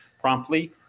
promptly